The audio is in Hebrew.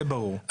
זה ברור.